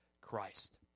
Christ